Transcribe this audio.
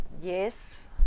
yes